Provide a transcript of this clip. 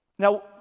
Now